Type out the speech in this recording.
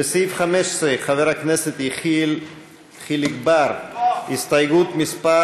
לסעיף 15, חבר הכנסת יחיאל חיליק בר, הסתייגות מס'